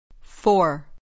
Four